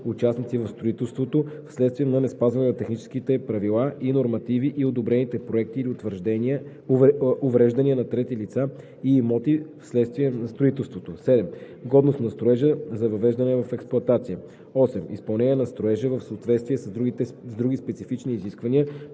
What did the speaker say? участници в строителството, вследствие от неспазване на техническите правила и нормативи, и одобрените проекти или увреждания на трети лица и имоти вследствие на строителството; 7. годност на строежа за въвеждане в експлоатация; 8. изпълнение на строежа в съответствие с други специфични изисквания